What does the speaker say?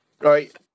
right